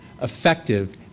effective